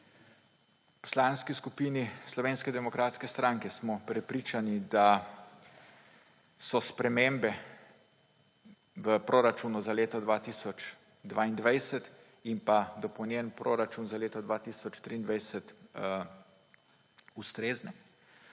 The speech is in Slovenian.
V Poslanski skupini Slovenske demokratske stranke smo prepričani, da so spremembe v proračunu za leto 2022 in dopolnjen proračun za leto 2023 ustrezne.